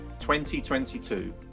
2022